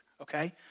okay